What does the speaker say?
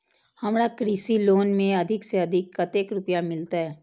हमरा कृषि लोन में अधिक से अधिक कतेक रुपया मिलते?